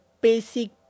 basic